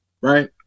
Right